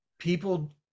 people